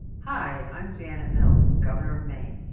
hi, i'm janet mills, governor of maine.